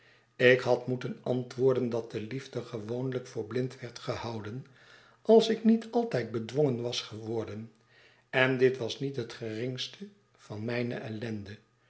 ik had moeten antwoorden dat de liefde gewoonlyk voor blind werd gehouden als ik niet altijd bedwongen was ge worden en dit was niet het geringste van mijne ellende